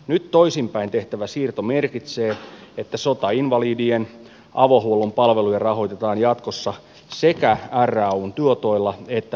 nyt toisinpäin tehtävä siirto merkitsee että sotainvalidien avohuollon palveluja rahoitetaan jatkossa sekä rayn tuotoilla että budjettivaroilla